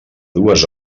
dues